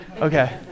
Okay